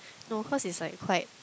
no cause it's like quite